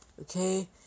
Okay